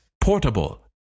portable